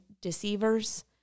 deceivers